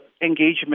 engagement